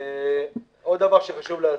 עוד דבר שחשוב להסביר,